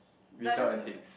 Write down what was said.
resell antiques